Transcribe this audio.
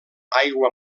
aigua